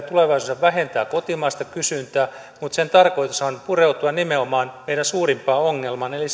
tulevaisuudessa vähentää kotimaista kysyntää mutta sen tarkoitushan on pureutua nimenomaan meidän suurimpaan ongelmaan eli